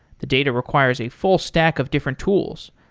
the data requires a full stack of different tools.